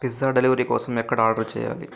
pizza delivery కోసం ఎక్కడ order చేయాలి